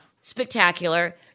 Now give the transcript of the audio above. spectacular